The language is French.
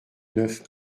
neuf